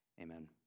amen